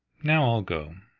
now i'll go.